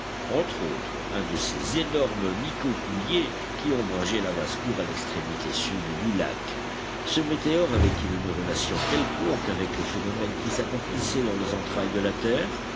entre autres un de ces énormes micocouliers qui ombrageaient la basse-cour à l'extrémité sud du lac ce météore avait-il une relation quelconque avec les phénomènes qui s'accomplissaient dans les entrailles de la terre